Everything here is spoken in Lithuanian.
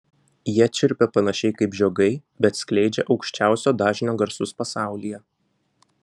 jie čirpia panašiai kaip žiogai bet skleidžia aukščiausio dažnio garsus pasaulyje